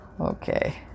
okay